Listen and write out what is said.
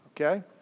Okay